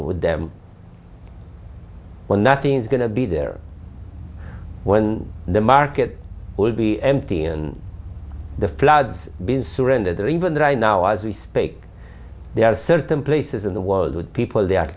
with them when nothing's going to be there when the market will be empty and the floods been surrendered or even right now as we speak there are certain places in the world with people they a